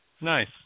Nice